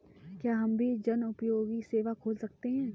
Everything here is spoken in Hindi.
क्या हम भी जनोपयोगी सेवा खोल सकते हैं?